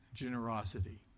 generosity